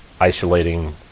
isolating